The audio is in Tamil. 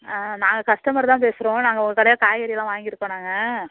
ஆ நாங்கள் கஸ்டமர் தான் பேசுகிறோம் நாங்கள் உங்கள் கடையில் காய்கறியெல்லாம் வாங்கிருக்கோம் நாங்கள்